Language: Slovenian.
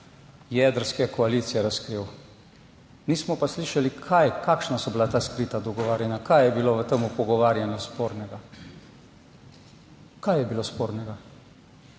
jedrske koalicije razkril, nismo pa slišali, kaj, kakšna so bila ta skrita dogovarjanja, kaj je bilo v tem pogovarjanju. Spornega. Kaj je bilo spornega